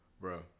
Bro